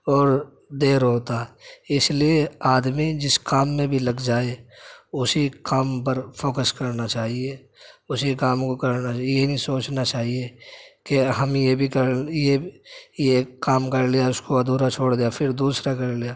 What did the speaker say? اور دیر ہوتا اس لیے آدمی جس کام میں بھی لگ جائے اسی کام پر فوکس کرنا چاہیے اسی کام کو کرنا چاہیے یہ نہیں سوچنا چاہیے کی ہم یہ بھی کر یہ یہ کام کرلیا اس کو ادھورا چھوڑ دیا پھر دوسرا کر لیا